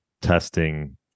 testing